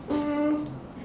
um